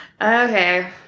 Okay